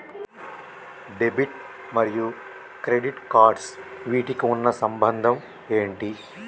Debit మరియు credit cards వీటికి ఉన్న సంబంధం ఏంటి?